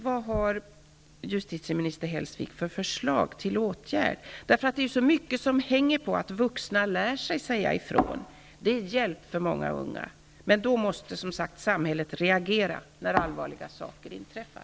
Vad har justitieminister Hellsvik för förslag till åtgärd? Det är så mycket som hänger på att vuxna lär sig säga ifrån. Det är till hjälp för många unga. Men då måste samhället reagera när allvarliga saker inträffar.